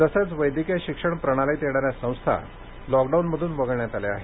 तसंच वैद्यकीय शिक्षण प्रणालीत येणाऱ्या संस्था लॉकडाऊनमधून वगळण्यात आल्या आहेत